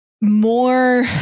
more